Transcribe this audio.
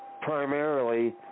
primarily